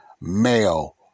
male